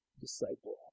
Disciple